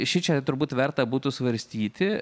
šičia turbūt verta būtų svarstyti